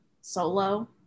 solo